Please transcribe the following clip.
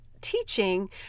teaching